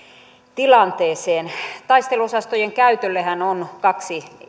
tilanteeseen taisteluosastojen käytöllehän on kaksi